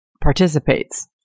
participates